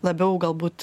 labiau galbūt